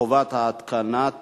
(חובת התקנת